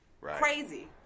Crazy